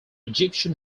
egyptian